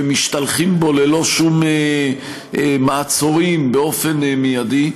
ומשתלחים בו ללא שום מעצורים באופן מיידי.